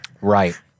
Right